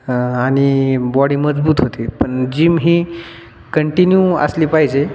आणि बॉडी मजबूत होते पण जिम ही कंटिन्यू असली पाहिजे